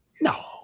no